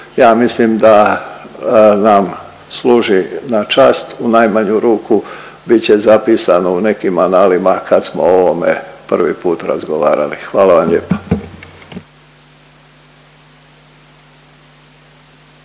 ja mislim da nam služi na čast, u najmanju ruku, bit će zapisano u nekim analima kad smo o ovome prvi put razgovarali. Hvala vam lijepa.